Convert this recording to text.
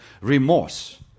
remorse